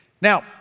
Now